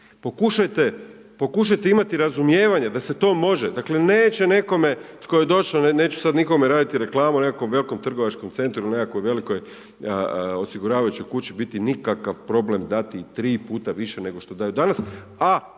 Pokušajte imati razumijevanja da se to može, dakle neće nekome tko je došao, neću sada nikome raditi reklamu o nekakvom velikom trgovačkom centru ili nekakvoj velikoj osiguravajućoj kući biti nikakav problem dati i tri puta više nego što daje danas a